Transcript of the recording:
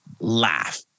laugh